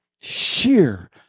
sheer